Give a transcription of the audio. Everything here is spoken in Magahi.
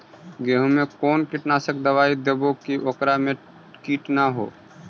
गेहूं में कोन कीटनाशक दबाइ देबै कि ओकरा मे किट न हो?